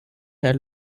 had